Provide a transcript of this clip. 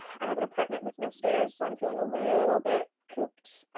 i have an apartment with no stairs, so i'm feeling a little bit cooped.